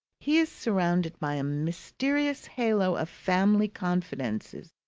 he is surrounded by a mysterious halo of family confidences,